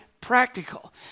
practical